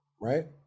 Right